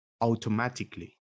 automatically